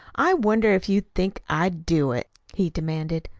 i wonder if you think i'd do it! he demanded.